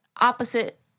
opposite